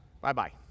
Bye-bye